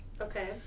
Okay